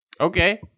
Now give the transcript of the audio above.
Okay